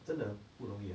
真的不容易 ah